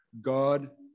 God